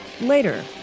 Later